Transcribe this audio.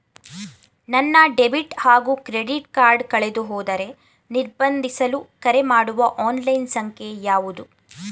ನನ್ನ ಡೆಬಿಟ್ ಹಾಗೂ credit card ಕಳೆದುಹೋದರೆ ನಿರ್ಬಂಧಿಸಲು ಕರೆಮಾಡುವ ಆನ್ಲೈನ್ ಸಂಖ್ಯೆಯಾವುದು?